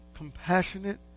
compassionate